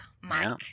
Mike